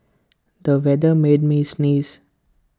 the weather made me sneeze